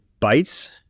bytes